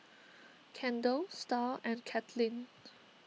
Kendal Star and Katlynn